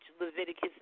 Leviticus